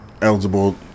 eligible